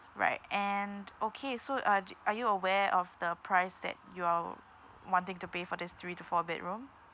right and okay so uh d~ are you aware of the price that you are oo oo wanting to pay for this three to four bedroom